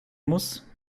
muss